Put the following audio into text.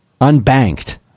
Unbanked